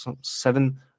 seven